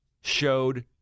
showed